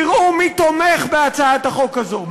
תראו מי תומך בהצעת החוק הזאת,